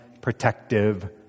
protective